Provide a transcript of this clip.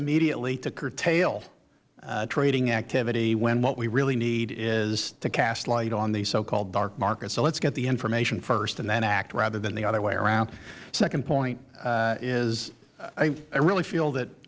immediately to curtail trading activity when what we really need is to cast light on the so called dark market so let's get the information first and then act rather than the other way around second point is i really feel that